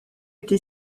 été